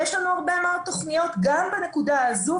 יש לנו הרבה מאוד תוכניות גם בנקודה הזו,